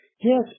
Yes